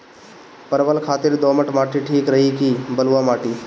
परवल खातिर दोमट माटी ठीक रही कि बलुआ माटी?